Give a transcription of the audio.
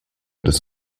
des